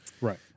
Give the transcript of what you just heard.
right